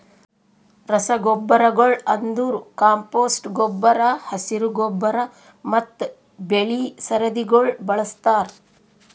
ರಸಗೊಬ್ಬರಗೊಳ್ ಅಂದುರ್ ಕಾಂಪೋಸ್ಟ್ ಗೊಬ್ಬರ, ಹಸಿರು ಗೊಬ್ಬರ ಮತ್ತ್ ಬೆಳಿ ಸರದಿಗೊಳ್ ಬಳಸ್ತಾರ್